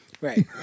Right